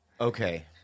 Okay